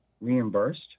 reimbursed